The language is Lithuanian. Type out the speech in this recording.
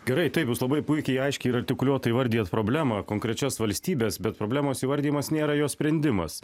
gerai taip jūs labai puikiai aiškiai ir artikuliuotai įvardijęs problemą konkrečias valstybės bet problemos įvardijimas nėra jo sprendimas